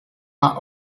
are